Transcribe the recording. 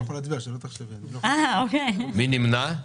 מי נמנע?